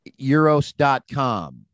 Euros.com